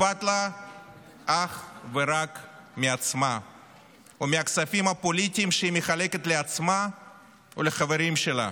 אכפת לה אך ורק מעצמה ומהכספים הפוליטיים שהיא מחלקת לעצמה ולחברים שלה,